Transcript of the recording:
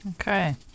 Okay